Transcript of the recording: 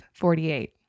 48